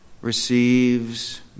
receives